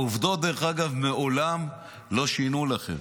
העובדות, דרך אגב, מעולם לא שינו לכם.